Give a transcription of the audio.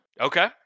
okay